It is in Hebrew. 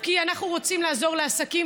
כי אנחנו רוצים לעזור לעסקים,